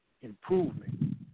improvement